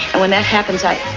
when that happens, i.